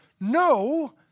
No